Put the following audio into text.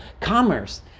commerce